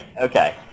Okay